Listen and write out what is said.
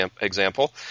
example